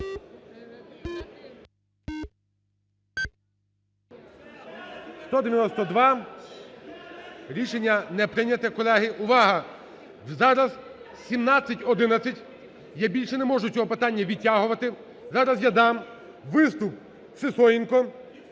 залі) Рішення не прийнято, колеги. Увага! Зараз 17.11, я більше не можу цього питання відтягувати. Зараз я дам виступ Сисоєнко